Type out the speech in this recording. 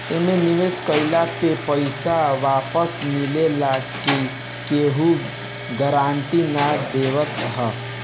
एमे निवेश कइला पे पईसा वापस मिलला के केहू गारंटी ना देवत हअ